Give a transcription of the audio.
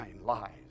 lies